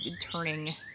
turning